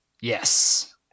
Yes